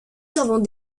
servant